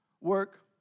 work